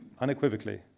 unequivocally